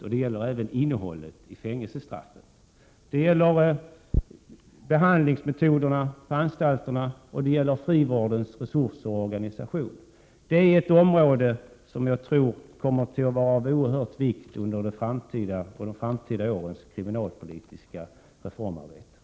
Det gäller även innehållet i fängelsestraffen, det gäller behandlingsmetoderna på anstalterna, och det gäller frivårdens resurser och organisation. Det är ett område som jag tror kommer att vara oerhört viktigt under de följande årens kriminalpolitiska reformarbete.